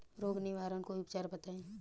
रोग निवारन कोई उपचार बताई?